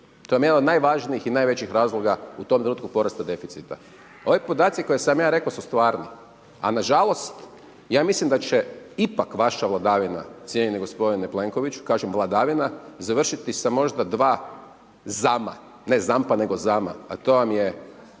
To je jedan od najvažnijih i najvećih razloga u tom trenutku porasta deficita. Ovi podaci koje sam ja rekao su stvarni a nažalost aj mislim će ipak vaša vladavine cijenjeni gospodine Plenkoviću, kaže vladavina, završiti sa možda 2 -zama. Ne zampa nego -zama, a to vam je